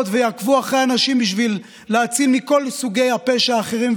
ויעקבו אחרי אנשים כדי להציל מכל סוגי הפשע האחרים,